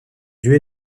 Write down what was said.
dieu